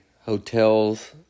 hotels